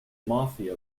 mafia